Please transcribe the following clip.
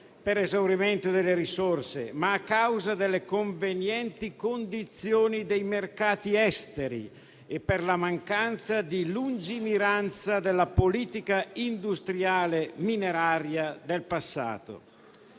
per esaurimento delle risorse, ma a causa delle convenienti condizioni dei mercati esteri e per la mancanza di lungimiranza della politica industriale mineraria del passato.